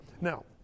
Now